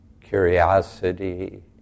curiosity